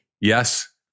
Yes